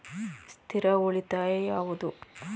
ಸ್ಥಿರ ಉಳಿತಾಯ ಯಾವುದು?